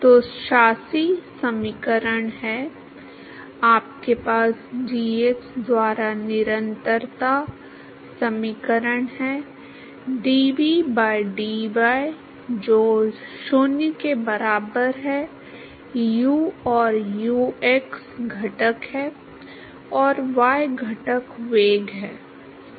तो शासी समीकरण हैं आपके पास dx द्वारा निरंतरता समीकरण है dv by dy जो 0 के बराबर है u और v x घटक हैं और y घटक वेग हैं